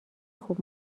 خوب